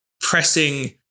pressing